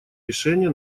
решение